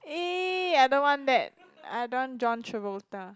eh I don't want that I don't want John Travolta